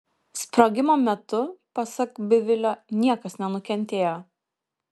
sprogimo metu pasak bivilio niekas nenukentėjo